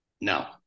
No